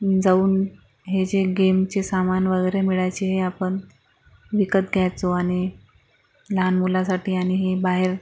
जाऊन हे जे गेमचे सामान वगैरे मिळायचे हे आपण विकत घ्यायचो आणि लहान मुलासाठी आणि हे बाहेर